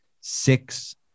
six